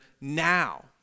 now